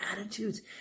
attitudes